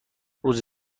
روز